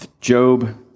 Job